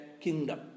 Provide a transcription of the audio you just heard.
kingdom